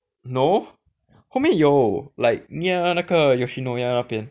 no 后面有 like near 那个 Yoshinoya 那边